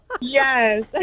yes